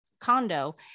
condo